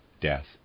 death